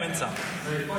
אין שר.